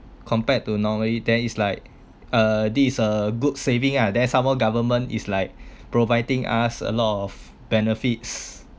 compared to normally there is like uh this is a good saving ah then some more government is like providing us a lot of benefits